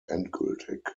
endgültig